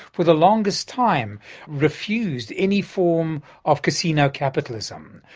for the longest time refused any form of casino capitalism.